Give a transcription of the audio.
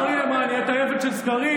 אריה, אתה עבד של סקרים?